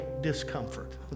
discomfort